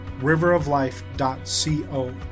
riveroflife.co